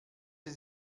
sie